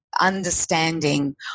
understanding